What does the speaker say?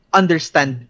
understand